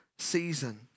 Season